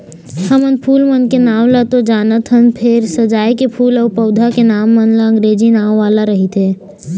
हमन फूल मन के नांव ल तो जानथन फेर सजाए के फूल अउ पउधा के नांव मन ह अंगरेजी नांव वाला रहिथे